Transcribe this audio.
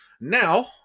Now